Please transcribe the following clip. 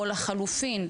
או לחלופין,